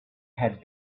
had